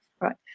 Right